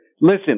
Listen